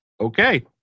Okay